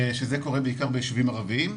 שזה קורה בעיקר ביישובים ערבים,